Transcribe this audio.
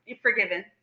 forgiven